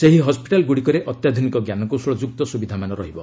ସେହି ହସ୍କିଟାଲଗୁଡ଼ିକରେ ଅତ୍ୟାଧୁନିକ ଜ୍ଞାନକୌଶଳ ଯୁକ୍ତ ସୁବିଧାମାନ ରହିବ